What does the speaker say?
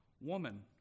Woman